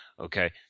Okay